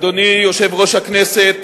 אדוני יושב-ראש הכנסת,